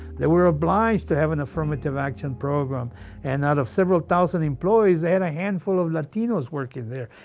they were obliged to have an affirmative action program and out of several thousand employees and a handful of latinos working there,